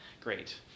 great